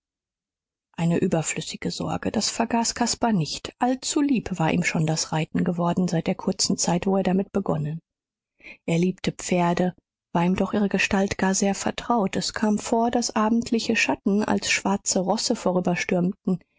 eine überflüssige sorge das vergaß caspar nicht allzulieb war ihm schon das reiten geworden seit der kurzen zeit wo er damit begonnen er liebte pferde war ihm doch ihre gestalt gar sehr vertraut es kam vor daß abendliche schatten als schwarze rosse